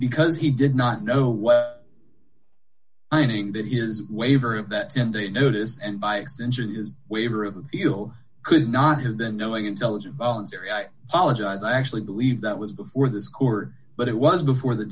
because he did not know what that is waiver of that in day notice and by extension his waiver of appeal could not have been knowing intelligent voluntary i apologize i actually believe that was before this court but it was before the